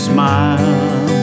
Smile